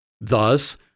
Thus